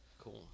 Cool